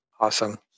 Awesome